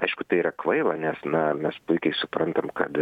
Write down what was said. aišku tai yra kvaila nes na mes puikiai suprantam kad